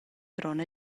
grond